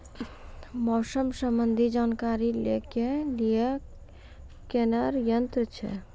मौसम संबंधी जानकारी ले के लिए कोनोर यन्त्र छ?